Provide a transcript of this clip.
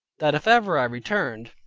that if ever i returned,